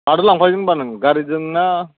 मादो लांफैगोन होमबा नों गारिजों ना